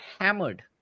hammered